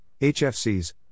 HFCs